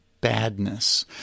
badness